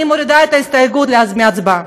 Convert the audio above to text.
אני מורידה את ההסתייגות מהצבעה.